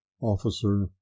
officer